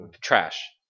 Trash